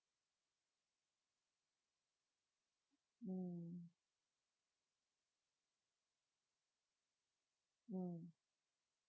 mm mm